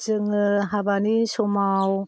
जोङो हाबानि समाव